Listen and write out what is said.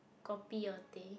kopi or teh